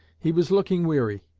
he was looking weary,